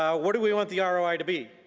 um what do we want the ah roi to be?